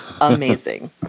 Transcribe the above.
Amazing